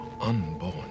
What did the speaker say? unborn